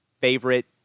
favorite